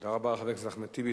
תודה רבה לחבר הכנסת אחמד טיבי.